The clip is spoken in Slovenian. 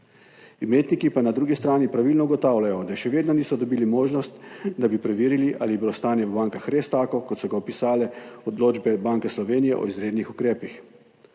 Imetniki pa na drugi strani pravilno ugotavljajo, da še vedno niso dobili možnosti, da bi preverili, ali je bilo stanje v bankah res tako, kot so ga opisale odločbe Banke Slovenije o izrednih ukrepih.